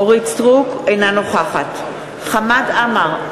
אינה נוכחת חמד עמאר,